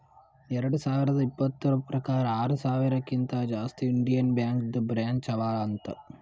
ಎರಡು ಸಾವಿರದ ಇಪ್ಪತುರ್ ಪ್ರಕಾರ್ ಆರ ಸಾವಿರಕಿಂತಾ ಜಾಸ್ತಿ ಇಂಡಿಯನ್ ಬ್ಯಾಂಕ್ದು ಬ್ರ್ಯಾಂಚ್ ಅವಾ ಅಂತ್